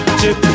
chip